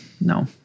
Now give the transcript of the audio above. No